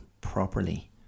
properly